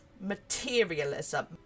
materialism